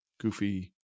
goofy